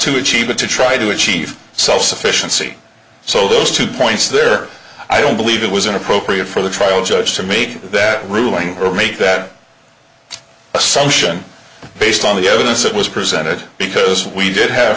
to achieve but to try to achieve self sufficiency so those two points there i don't believe it was inappropriate for the trial judge to make that ruling or make that assumption based on the evidence that was presented because we did have